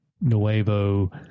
Nuevo